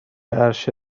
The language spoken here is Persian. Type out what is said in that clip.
عرشه